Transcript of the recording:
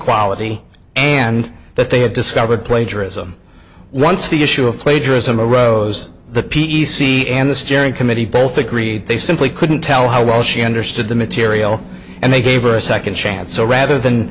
quality and that they had discovered plagiarism once the issue of plagiarism arose the p e c and the steering committee both agreed they simply couldn't tell how well she understood the material and they gave her a second chance so rather than